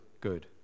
good